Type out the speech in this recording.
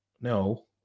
no